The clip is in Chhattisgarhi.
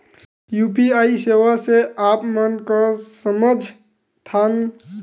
यू.पी.आई सेवा से आप मन का समझ थान?